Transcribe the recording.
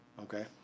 Okay